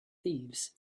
thieves